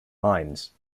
mines